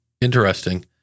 Interesting